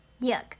Yuck